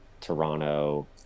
Toronto